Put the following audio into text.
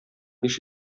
биш